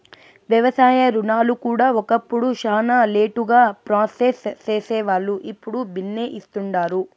వ్యవసాయ రుణాలు కూడా ఒకప్పుడు శానా లేటుగా ప్రాసెస్ సేసేవాల్లు, ఇప్పుడు బిన్నే ఇస్తుండారు